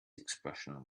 expression